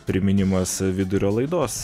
priminimas vidurio laidos